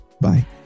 Bye